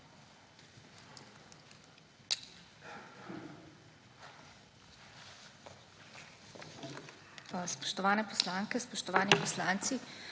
Spoštovane poslanke, spoštovani poslanci!